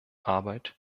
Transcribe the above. arbeit